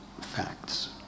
facts